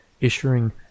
issuing